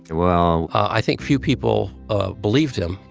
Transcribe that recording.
well. i think few people ah believed him.